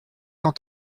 qu’en